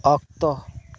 ᱚᱠᱛᱚ